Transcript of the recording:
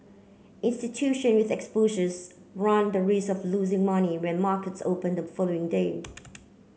institution with exposures run the risk of losing money when markets open the following day